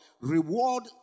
reward